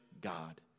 God